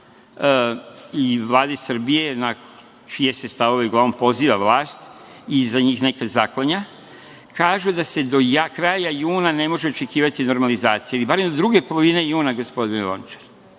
i Vlada Srbije na čije se stavove uglavnom poziva vlast i iza njih nekad zaklanja, kažu da se do kraja juna ne može očekivati normalizacija ili barem druge polovine juna, gospodine Lončar. Imam